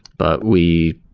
but we